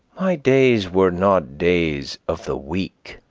my days were not days of the week,